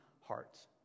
hearts